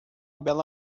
bela